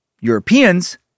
Europeans